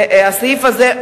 והסעיף הזה,